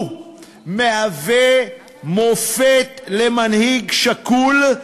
הוא מהווה מופת של מנהיג שקול,